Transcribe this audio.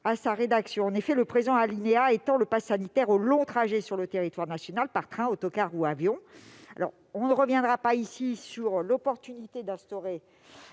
à sa rédaction. En effet, l'alinéa 13 étend le passe sanitaire aux longs trajets sur le territoire national par train, autocar ou avion. Nous ne reviendrons pas sur l'opportunité d'instaurer